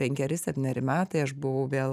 penkeri septyneri metai aš buvau vėl